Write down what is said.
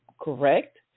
correct